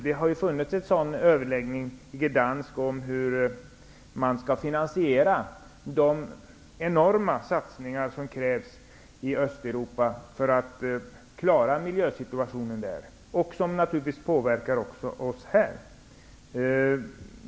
Det har varit en sådan överläggning i Gdansk om hur man skall finansiera de enorma satsningar som krävs i Östeuropa för att klara miljösituationen där, vilket naturligtvis även påverkar oss.